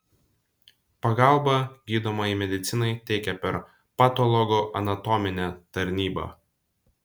pagalbą gydomajai medicinai teikia per patologoanatominę tarnybą